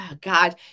God